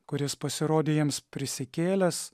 kur jis pasirodė jiems prisikėlęs